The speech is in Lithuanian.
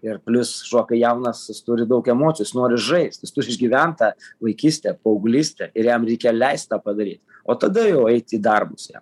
ir plius šuo kai jaunas jis turi daug emocijų jis nori žaist jis turi išgyvent tą vaikystę paauglystę ir jam reikia leist tą padaryt o tada jau eit į darbus jam